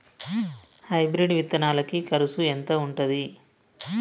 Hybrid విత్తనాలకి కరుసు ఎంత ఉంటది?